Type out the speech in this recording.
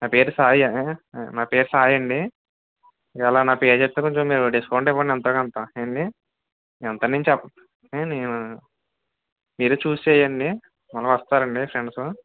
నా పేరు సాయి నా పేరు సాయి అండి ఈవాళ నా పేరు చెప్తే మీరు డిస్కౌంట్ ఇవ్వండి ఎంతో కొంత ఏంది ఎంతని నేను చెప్ నేను మీరే చూసి చేయండి మళ్ళా వస్తారండి ఫ్రెండ్స్